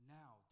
now